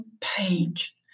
page